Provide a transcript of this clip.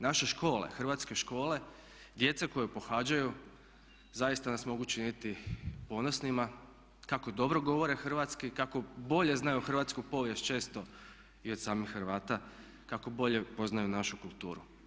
Naše škole, hrvatske škole, djeca koja ju pohađaju zaista nas mogu činiti ponosnima kako dobro govore hrvatski, kako bolje znaju hrvatsku povijest često i od samih Hrvata, kako bolje poznaju našu kulturu.